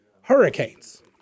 hurricanes